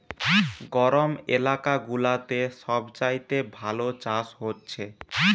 গরম এলাকা গুলাতে সব চাইতে ভালো চাষ হচ্ছে